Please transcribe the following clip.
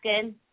good